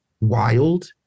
wild